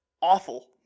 awful